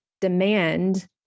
demand